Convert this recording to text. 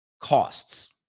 costs